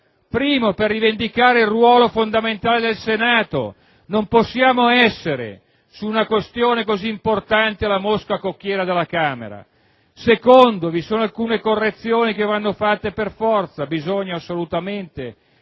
luogo, per rivendicare il ruolo fondamentale del Senato: non possiamo essere, su una questione così importante, la mosca cocchiera della Camera. In secondo luogo, vi sono alcune correzioni che vanno apportate per forza, che bisogna assolutamente